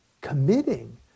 committing